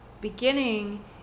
beginning